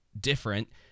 different